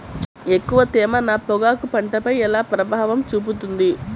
ఎక్కువ తేమ నా పొగాకు పంటపై ఎలా ప్రభావం చూపుతుంది?